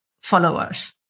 followers